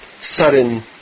sudden